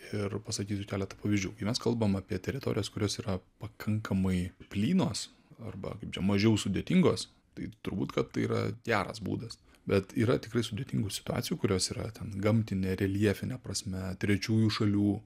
ir pasakysiu keleta pavyzdžių kai mes kalbam apie teritorijas kurios yra pakankamai plynos arba kaip čia mažiau sudėtingos tai turbūt kad tai yra geras būdas bet yra tikrai sudėtingų situacijų kurios yra ten gamtine reljefine prasme trečiųjų šalių